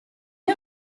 who